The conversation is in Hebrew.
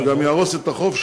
זה גם יהרוס את החוף.